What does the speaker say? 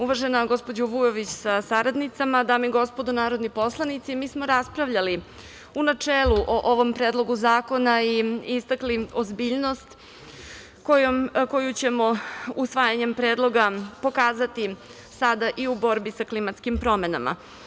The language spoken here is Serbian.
Uvažena gospođo Vujović sa saradnicama, dame i gospodo narodni poslanici, mi smo raspravljali u načelu o ovom predlogu zakona i istakli ozbiljnost koju ćemo usvajanjem predloga pokazati sada i u borbi sa klimatskim promenama.